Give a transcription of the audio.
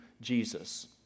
Jesus